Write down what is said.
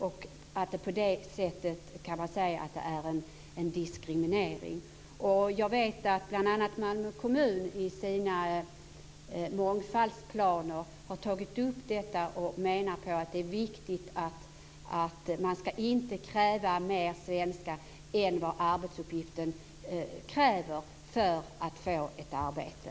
På det sättet är det diskriminering. Jag vet att bl.a. Malmö kommun i sina mångfaldsplaner har tagit upp detta och menar på att det är viktigt att inte kräva mer svenska än vad arbetsuppgiften kräver för att få ett arbete.